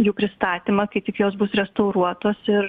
jų pristatymą kai tik jos bus restauruotos ir